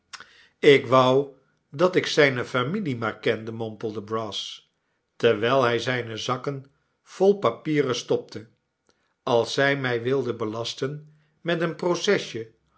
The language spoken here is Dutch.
ik wou dat ik zijne familie maar kende mompelde brass terwijl hij zijne zakken vol papieren stopte als zij mij wilde belasten met een procesje